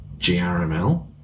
GRML